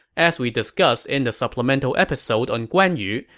as we discussed in the supplemental episode on guan yu,